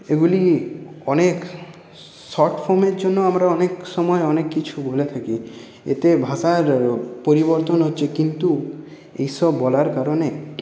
এগুলি অনেক শর্ট ফর্মের জন্য আমরা অনেক সময় অনেক কিছু বলে থাকি এতে ভাষার পরিবর্তন হচ্ছে কিন্তু এইসব বলার কারণে